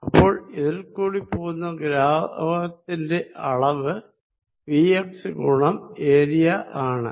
അപ്പോൾ ഇതിൽ കൂടി പോകുന്ന ദ്രാവകത്തിന്റെ അളവ് vx ഗുണം ഏരിയ ആണ്